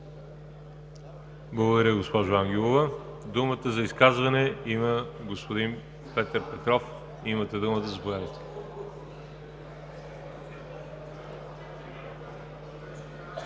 Благодаря, госпожо Ангелова. Думата за изказване има господин Петър Петров. Имате думата, заповядайте.